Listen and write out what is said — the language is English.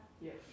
Yes